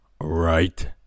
right